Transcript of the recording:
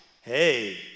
Hey